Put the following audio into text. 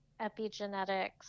epigenetics